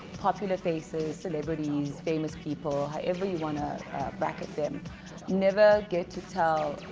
popular faces celebrities, famous people however you want to back ah them never get to tell